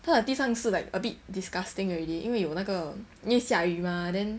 他的地上是 like a bit disgusting already 因为有那个因为下雨 mah then